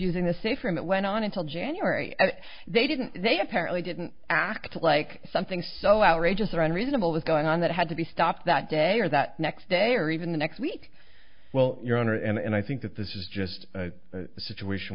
using the safer and it went on until january and they didn't they apparently didn't act like something so outrageous or unreasonable was going on that had to be stopped that day or that next day or even the next week well your honor and i think that this is just a situation